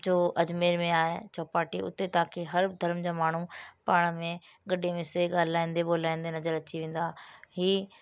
जो अजमेर में आहे चौपाटी उते तव्हांखे हर धर्म जा माण्हू पाण में गॾे मिसे ॻाल्हाईंदे ॿोलाईंदे नज़र अची वेंदा हीअ